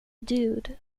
dude